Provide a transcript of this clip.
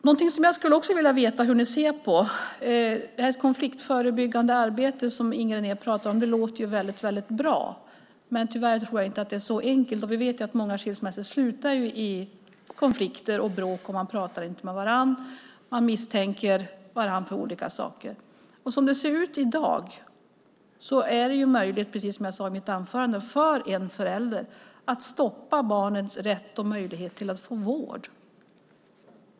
Någonting som jag också skulle vilja veta hur ni ser på är det konfliktförebyggande arbete som Inger René pratar om. Det låter ju väldigt bra, men tyvärr tror jag inte att det är så enkelt. Vi vet att många skilsmässor slutar i konflikter och bråk. Man pratar inte med varandra och man misstänker varandra för olika saker. Som det ser ut i dag är det möjligt, precis som jag sade i mitt anförande, för en förälder att stoppa barnets rätt och möjlighet att få vård.